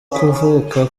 kuvuka